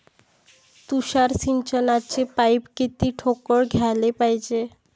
तुषार सिंचनाचे पाइप किती ठोकळ घ्याले पायजे?